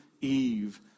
Eve